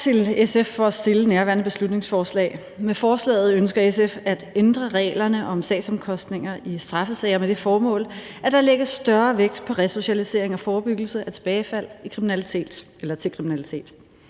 Tak til SF for at have fremsat nærværende beslutningsforslag. Med forslaget ønsker SF at ændre reglerne om sagsomkostninger i straffesager med det formål, at der lægges større vægt på resocialisering og forebyggelse af tilbagefald til kriminalitet. I Nye Borgerlige